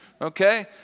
Okay